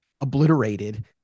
obliterated